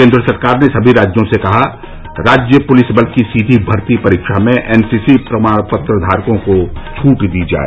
केन्द्र सरकार ने समी राज्यों से कहा राज्य पुलिस बल की सीधी भर्ती परीक्षा में एनसीसी प्रमाण पत्र धारकों को छूट दी जाए